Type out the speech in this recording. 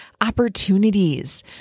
opportunities